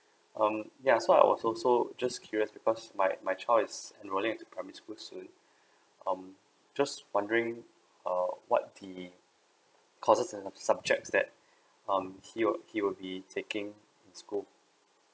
um yeah so I was also just curious because my my child is enrolling a primary school soom um just wondering err what the causes and subjects that um he will he will be taking in school